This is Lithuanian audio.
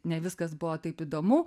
ne viskas buvo taip įdomu